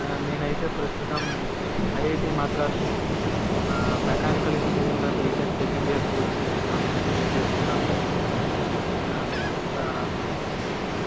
ఆ నేను అయితే ప్రస్తుతం ఐఐటి మద్రాస్ హా మెకానికల్ ఇంజనీరింగ్లో బిటెక్ సెకండ్ ఇయర్ పూర్తి చేస్తున్న చేసుకున్నాను సర్ ఆ ఆ